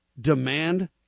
demand